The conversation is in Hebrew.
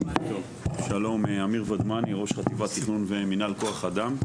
שלום אמיר ודמני, ראש חטיבת תכנון ומנהל כוח אדם.